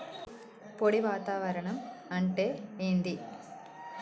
పొడి వాతావరణం అంటే ఏంది?